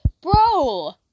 bro